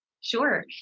Sure